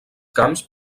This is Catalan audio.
camps